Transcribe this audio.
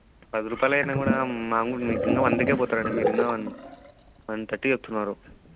పది రూపాయలు అయిన కూడా మామూలుగా మేము ఇంకా వందకి పోతామ అండి మీరు ఇంకా వన్ థర్టీ చెప్తున్నారు